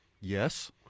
yes